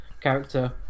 character